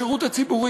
בשירות הציבורי.